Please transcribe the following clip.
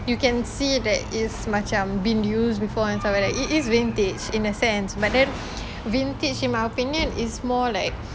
you can see that is macam been used before and stuff like that it is vintage in a sense but then vintage in my opinion is more like